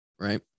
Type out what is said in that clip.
right